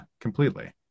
completely